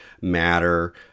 matter